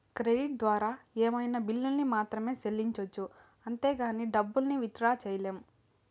credit ద్వారా ఏమైనా బిల్లుల్ని మాత్రమే సెల్లించొచ్చు అంతేగానీ డబ్బుల్ని విత్ డ్రా సెయ్యలేం